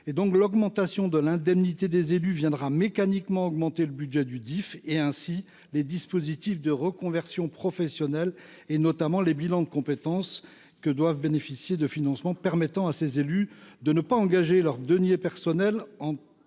L’augmentation de l’indemnité des élus viendra mécaniquement renforcer le budget du Dife. Ainsi, les dispositifs de reconversion professionnelle, notamment les bilans de compétences, pourront bénéficier de financements qui permettront à ces élues de ne pas engager leurs deniers personnels